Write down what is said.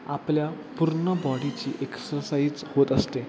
आपल्या पूर्ण बॉडीची एक्सरसाइज होत असते